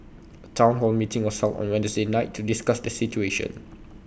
A Town hall meeting was held on Wednesday night to discuss the situation